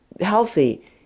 healthy